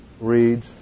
reads